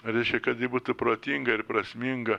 reiškia kad ji būtų protinga ir prasminga